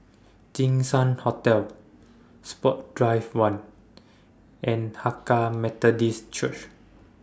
Jinshan Hotel Sports Drive one and Hakka Methodist Church